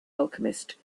alchemist